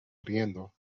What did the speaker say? riendo